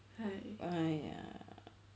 !haiya!